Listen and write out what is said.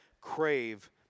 crave